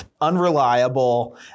unreliable